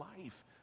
life